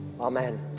Amen